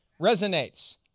resonates